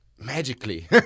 magically